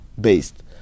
based